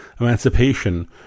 Emancipation